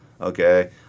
okay